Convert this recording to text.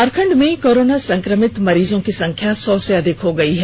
झारखंड में कोरोना संक्रमित मरीजों की संख्या सौ से अधिक हो गई है